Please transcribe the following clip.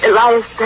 Elias